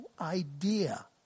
idea